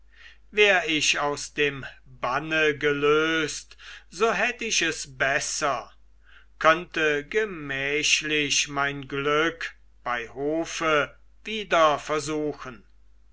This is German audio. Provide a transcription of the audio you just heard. wär ich aus dem banne gelöst so hätt ich es besser könnte gemächlich mein glück bei hofe wieder versuchen